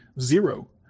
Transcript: zero